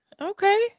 Okay